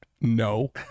no